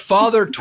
Father